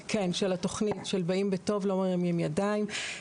לתוכנית "באים בטוב, לא מרימים ידיים".